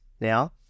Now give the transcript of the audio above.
now